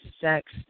sex